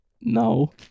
no